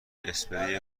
اسپری